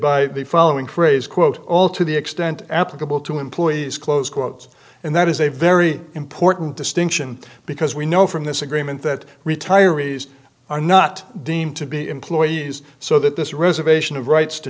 by the following crays quote all to the extent applicable to employees close quote and that is a very important distinction because we know from this agreement that retirees are not deemed to be employees so that this reservation of rights to